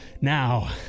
Now